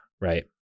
right